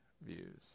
views